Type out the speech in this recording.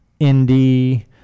indie